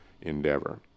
endeavor